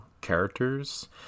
characters